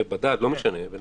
בן אדם רץ,